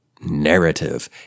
narrative